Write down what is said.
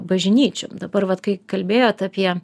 bažnyčių dabar vat kai kalbėjot apie